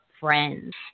Friends